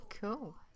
cool